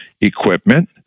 equipment